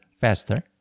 faster